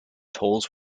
tolls